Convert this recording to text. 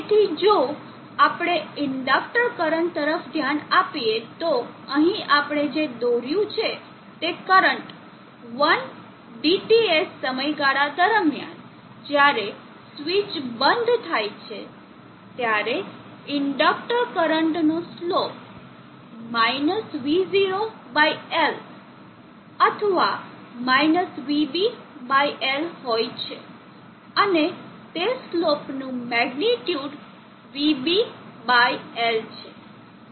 તેથી જો આપણે ઇન્ડડક્ટર કરંટ તરફ ધ્યાન આપીએ તો અહીં આપણે જે દોર્યું છે તે કરંટ 1 DTS સમયગાળા દરમિયાન જ્યારે સ્વીચ બંધ થાય છે ત્યારે ઇન્ડેક્ટર કરંટનો સ્લોપ - v0 બાય L અથવા -vB બાય L હોય છે અને તે સ્લોપનું મેગ્નીટ્યુડ vB બાય L છે